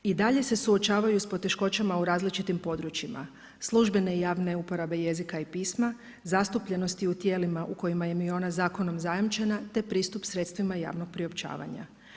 I daje se suočavaju sa poteškoćama u različitim područjima, službene i javne uporabe jezika i pisma, zastupljenosti u tijelima u kojima im je ona zakonom zajamčena te pristup sredstvima javnog priopćavanja.